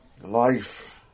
Life